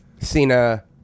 Cena